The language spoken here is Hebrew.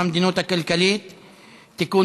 המדיניות הכלכלית לשנות התקציב 2015 ו-2016) (תיקון